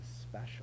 special